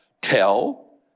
tell